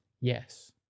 Yes